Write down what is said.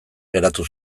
geratu